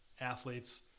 athletes